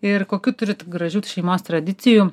ir kokių turit gražių šeimos tradicijų